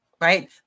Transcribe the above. right